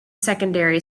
secondary